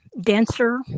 denser